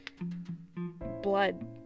blood